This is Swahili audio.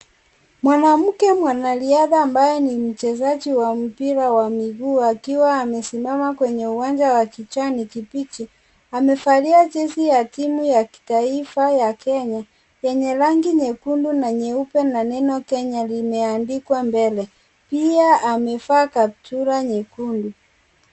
Mwanamke mwanariadha ambaye ni mchezaji wa mpira wa miguu alikuwa amesimama kwenye uwanja wa kijani kibichi. Amevalia jezi ya timu ya kitaifa ya kenya yenye rangi nyekundu na nyeupe na neno kenya limeandikwa mbele. Pia amevaa kaptula nyekundu.